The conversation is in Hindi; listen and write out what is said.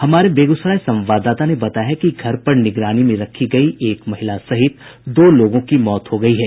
हमारे बेगूसराय संवाददाता ने बताया है कि घर पर निगरानी में रखी गयी एक महिला सहित दो लोगों की मौत हो गयी है